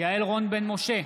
יעל רון בן משה,